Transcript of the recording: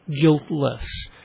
guiltless